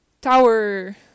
Tower